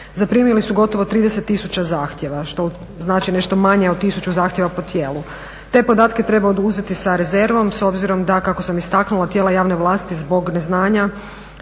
zaprimili su gotovo 30 000 zahtjeva što znači nešto manje od 1000 zahtjeva po tijelu. Te podatke treba uzeti sa rezervom s obzirom da kako sam istaknula tijela javne vlasti zbog neznanja